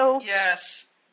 yes